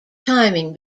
timing